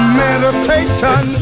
meditation